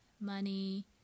money